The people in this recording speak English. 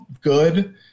good